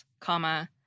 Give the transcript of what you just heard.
comma